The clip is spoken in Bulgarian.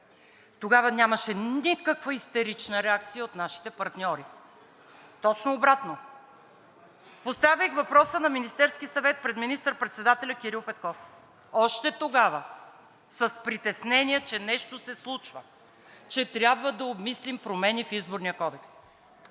Тогава нямаше никаква истерична реакция от нашите партньори, точно обратно. Поставих въпроса на Министерския съвет пред министър-председателя Кирил Петков. Още тогава, с притеснение, че нещо се случва, че трябва да обмислим промени в Изборния кодекс.